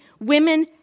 women